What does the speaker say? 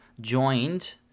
joined